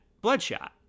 Bloodshot